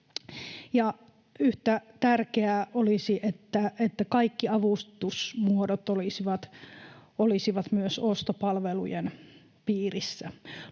Yhtä tärkeää olisi, että kaikki avustusmuodot olisivat myös ostopalvelujen piirissä.